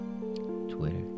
Twitter